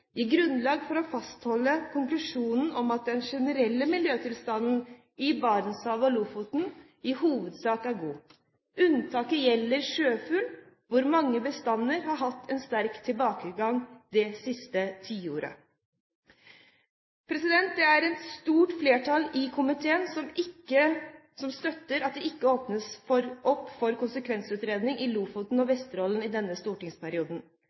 gir grunnlag for å fastholde konklusjonen om at den generelle miljøtilstanden i Barentshavet og Lofoten i hovedsak er god. Unntaket gjelder sjøfugl, hvor mange bestander har hatt en sterk tilbakegang det siste tiåret. Det er et stort flertall i komiteen som støtter at det ikke åpnes opp for en konsekvensutredning i Lofoten og Vesterålen i denne stortingsperioden.